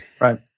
Right